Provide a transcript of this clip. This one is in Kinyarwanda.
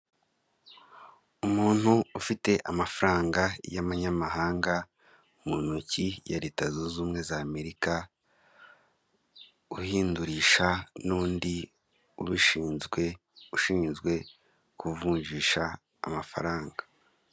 Umuntu ufite amafaranga y'amanyamahanga mu ntoki ya Leta zunze ubumwe za Amerika uhindurisha n'undi ubishinzwe ushinzwe kuvunjisha amafaranga.